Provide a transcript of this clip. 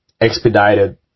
expedited